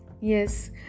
Yes